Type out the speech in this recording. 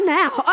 now